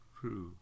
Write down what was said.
true